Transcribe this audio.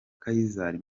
kayizari